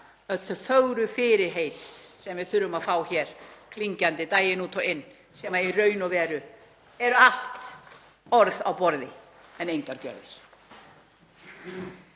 öll þau fögru fyrirheit sem við þurfum að heyra hér klingjandi daginn út og inn sem í raun og veru eru allt orð á borði en engar gjörðir.